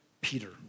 Peter